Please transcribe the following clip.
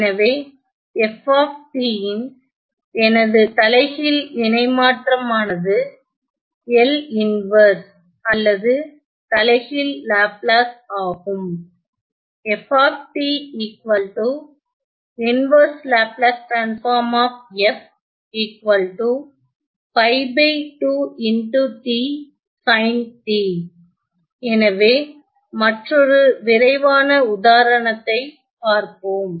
எனவே f ன் எனது தலைகீழ் இணைமாற்றமானது L இன்வர்ஸ் அல்லது தலைகீழ் லாப்லாஸ் ஆகும் எனவே மற்றொரு விரைவான உதாரணத்தைப் பார்ப்போம்